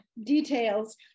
details